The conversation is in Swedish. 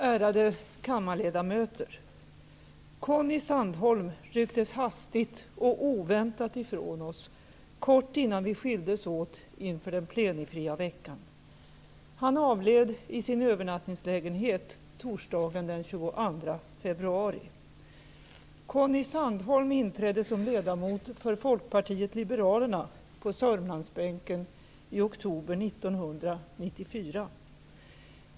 Ärade kammarledamöter! Conny Sandholm rycktes hastigt och oväntat ifrån oss kort innan vi skildes åt inför den plenifria veckan. Han avled i sin övernattningslägenhet torsdagen den 22 februari. 1994.